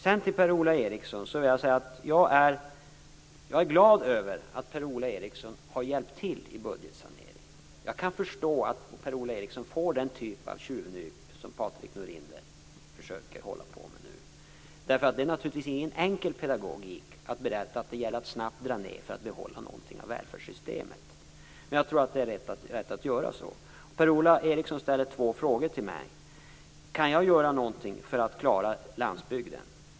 Sedan vill jag säga till Per-Ola Eriksson att jag är glad över att Per-Ola Eriksson har hjälpt till med budgetsaneringen. Jag kan förstå att Per-Ola Eriksson får den typ av tjyvnyp som Patrik Norinder nu försöker ge, därför att det är naturligtvis ingen enkel pedagogik att berätta att det gäller att snabbt dra ned för att behålla någonting av välfärdssystemet. Men jag tror att det är rätt att göra så. Per-Ola Eriksson ställde två frågor till mig. Kan jag göra någonting för att klara lansbygden?